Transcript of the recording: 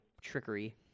trickery